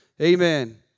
Amen